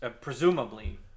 presumably